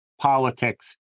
politics